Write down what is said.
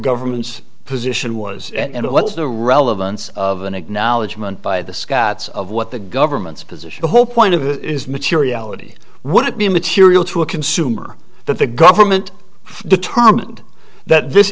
government's position was and what's the relevance of an acknowledgment by the scotts of what the government's position the whole point of it is materiality would it be immaterial to a consumer that the government determined that this